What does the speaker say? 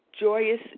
joyous